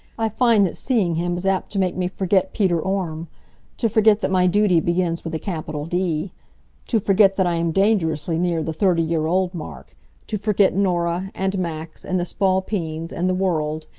i find that seeing him is apt to make me forget peter orme to forget that my duty begins with a capital d to forget that i am dangerously near the thirty year old mark to forget norah, and max, and the spalpeens, and the world,